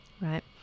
right